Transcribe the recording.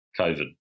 COVID